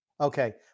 Okay